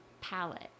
palette